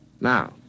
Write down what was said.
Now